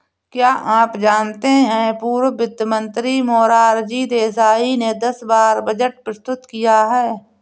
क्या आप जानते है पूर्व वित्त मंत्री मोरारजी देसाई ने दस बार बजट प्रस्तुत किया है?